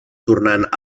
tornant